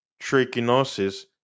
trichinosis